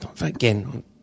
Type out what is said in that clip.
Again